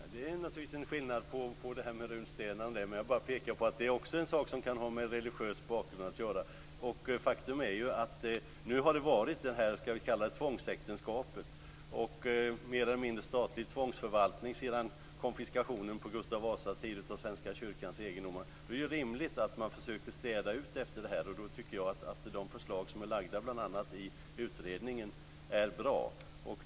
Fru talman! Det är naturligtvis skillnad mellan det vi nu diskuterar och bevarandet av runstenar. Jag ville bara peka på att det också kan ha med religiös bakgrund att göra. Nu har det varit ett tvångsäktenskap och mer eller mindre statlig tvångsförvaltning sedan konfiskationen av Svenska kyrkans egendomar på Gustav Vasas tid. Det är rimligt att försöka städa ut efter det. Jag tycker att de förslag som förts fram bl.a. i utredningen är bra.